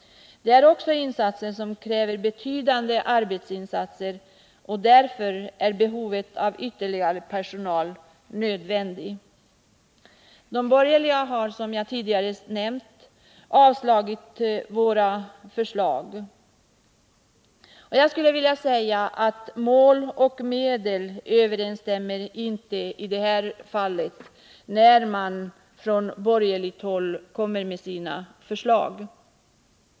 Härför krävs också betydande arbetsinsatser, och därför är en personalförstärkning nödvändig. De borgerliga har, som jag tidigare har nämnt, avstyrkt våra förslag. Mål och medel överensstämmer inte i de borgerliga förslagen.